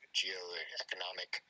geo-economic